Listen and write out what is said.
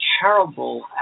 terrible